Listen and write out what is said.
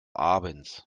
abends